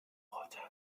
vorteil